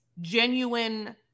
genuine